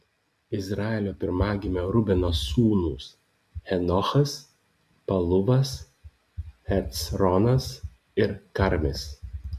izraelio pirmagimio rubeno sūnūs henochas paluvas hecronas ir karmis